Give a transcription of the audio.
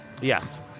Yes